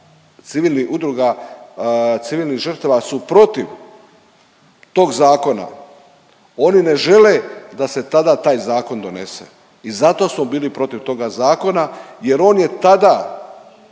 gdje Udruga civilnih žrtava su protiv tog zakona. Oni ne žele da se tada taj zakon donese i zato smo bili protiv toga zakona, jer on je tada